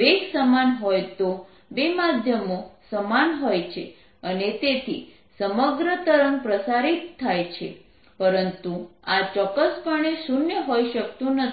વેગ સમાન હોય તો બે માધ્યમો સમાન હોય છે અને તેથી સમગ્ર તરંગ પ્રસારિત થાય છે પરંતુ આ ચોક્કસપણે શૂન્ય હોઈ શકતું નથી